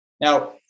now